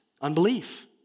Unbelief